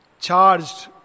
charged